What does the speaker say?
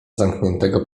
zamkniętego